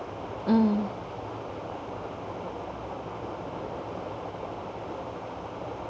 mm